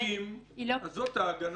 כשמחוקקים, זאת ההגנה.